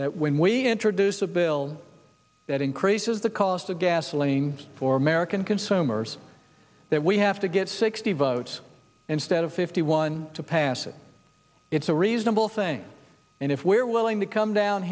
that when we introduce a bill that increases the cost of gasoline for american consumers that we have to get sixty votes instead of fifty one to pass it it's a reasonable thing and if we're willing to come down